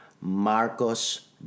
Marcos